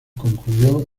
concluyó